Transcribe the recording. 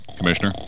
Commissioner